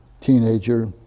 teenager